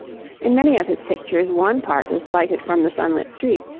in many of his pictures one part is lighted from the sunlit street,